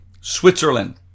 Switzerland